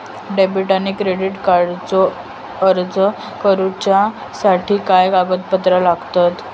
Debit आणि credit कार्डचो अर्ज करुच्यासाठी काय कागदपत्र लागतत?